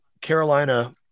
Carolina